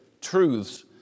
truths